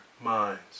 minds